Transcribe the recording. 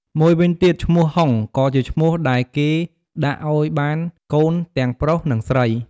មួយវិញទៀតឈ្មោះហុង ក៏ជាឈ្មោះដែលគេដាក់អោយបានកូនទាំងប្រុសនិងស្រី។